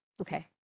Okay